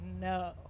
no